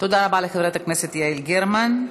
תודה רבה לחברת הכנסת יעל גרמן.